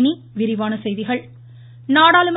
இனி விரிவான செய்திகள் அனைத்துக்கட்சி